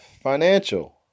financial